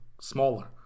smaller